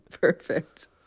perfect